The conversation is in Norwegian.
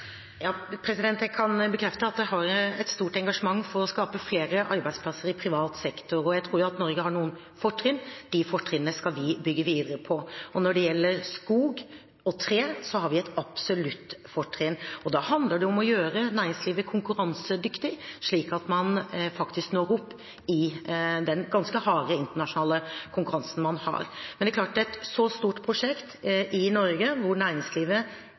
Jeg kan bekrefte at jeg har et stort engasjement for å skape flere arbeidsplasser i privat sektor, og jeg tror Norge har noen fortrinn. De fortrinnene skal vi bygge videre på. Når det gjelder skog og tre, har vi et absolutt fortrinn. Da handler det om å gjøre næringslivet konkurransedyktig, slik at man faktisk når opp i den ganske harde internasjonale konkurransen. Med et så stort prosjekt i Norge, hvor næringslivet